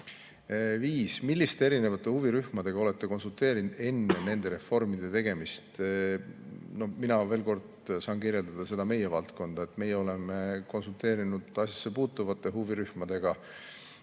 "Milliste erinevate huvirühmadega olete konsulteerinud enne nende reformide tegemist?" Mina, veel kord, saan kirjeldada meie valdkonda. Meie oleme konsulteerinud asjasse puutuvate huvirühmadega